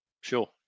Sure